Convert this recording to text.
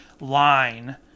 line